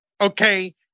Okay